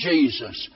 Jesus